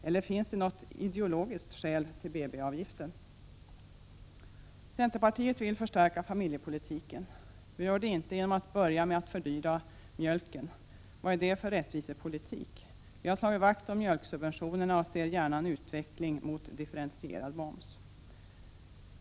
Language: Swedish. Eller finns det något ideologiskt skäl till BB-avgiften? Centerpartiet vill förstärka familjepolitiken. Vi gör det inte genom att börja med att fördyra mjölken. Vad är det för rättvisepolitik? Vi har slagit vakt om mjölksubventionerna och ser gärna en utveckling mot differentierad moms.